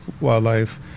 wildlife